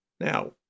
Now